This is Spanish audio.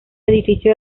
edificio